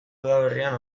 udaberrian